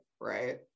right